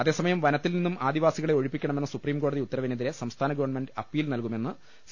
അതേസമയം വനത്തിൽ നിന്നും ആദിവാസികളെ ഒഴിപ്പിക്ക ണമെന്ന സുപ്രീംകോടതി ഉത്തരവിനെതിരെ സംസ്ഥാന ഗവൺമെ ന്റ് അപ്പീൽ നൽകുമെന്ന് സി